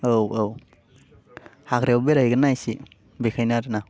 औ औ हाग्रायाव बेरायहैगोनना एसे बेखायनो आरो ना